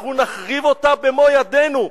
אנחנו נחריב אותה במו ידינו.